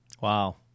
Wow